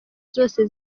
zose